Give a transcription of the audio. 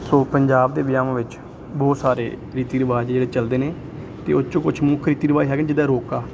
ਸੋ ਪੰਜਾਬ ਦੇ ਵਿਆਹਾਂ ਵਿੱਚ ਬਹੁਤ ਸਾਰੇ ਰੀਤੀ ਰਿਵਾਜ਼ ਜਿਹੜੇ ਚੱਲਦੇ ਨੇ ਅਤੇ ਉਹ ਚੋਂ ਕੁਛ ਮੁੱਖ ਰੀਤੀ ਰਿਵਾਜ਼ ਹੈਗੇ ਜਿੱਦਾਂ ਰੋਕਾ